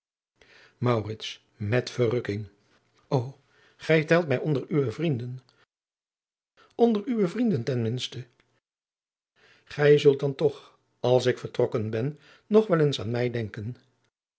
ô gij telt mij onder uwe vrienden onder uwe vrienden ten minste gij zult dan toch als ik vertrokken ben nog wel adriaan loosjes pzn het leven van maurits lijnslager eens aan mij denken